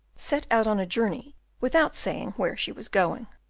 set out on a journey without saying where she was going.